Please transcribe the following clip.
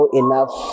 enough